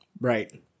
Right